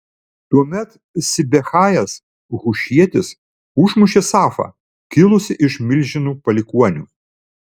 tuomet sibechajas hušietis užmušė safą kilusį iš milžinų palikuonių